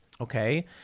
Okay